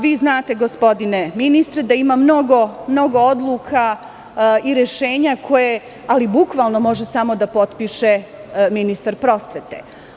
Vi znate, gospodine ministre, da ima mnogo, mnogo odluka i rešenja koje, ali bukvalno, može samo da potpiše ministar prosvete.